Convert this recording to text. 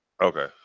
Okay